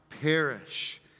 perish